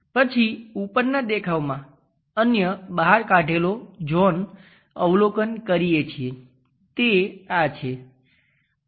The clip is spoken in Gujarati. પછી ઉપરના દેખાવમાં અન્ય બહાર કાઢેલો ઝોન અવલોકન કરીએ છીએ તે આ છે